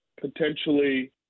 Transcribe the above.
potentially –